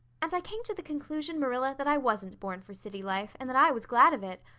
and i came to the conclusion, marilla, that i wasn't born for city life and that i was glad of it.